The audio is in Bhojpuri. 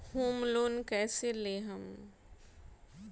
होम लोन कैसे लेहम?